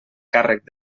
càrrec